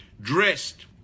dressed